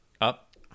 up